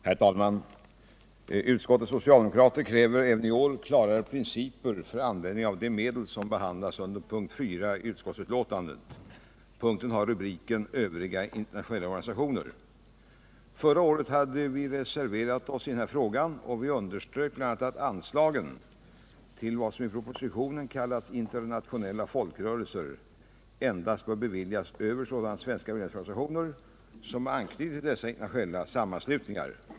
Herr talman! Utskottets socialdemokrater kräver även i år klarare principer för användningen av de medel som behandlas under punkten 4 i utskottsbetänkandet. Punkten har rubriken Övriga internationella organisationer. Förra året reserverade vi oss i denna fråga. Vi underströk bl.a. att anslagen till vad som i propositionen kallats ”internationella folkrörelser” endast bör beviljas över sådana svenska medlemsorganisationer som har anknytning till 137 dessa internationella sammanslutningar.